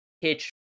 pitch